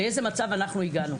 לאיזה מצב אנחנו הגענו.